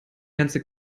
ganze